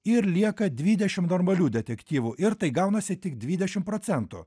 ir lieka dvidešimt normalių detektyvų ir tai gaunasi tik dvidešimt procentų